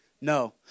No